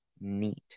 neat